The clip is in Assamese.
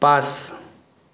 পাঁচ